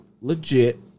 legit